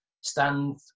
Stand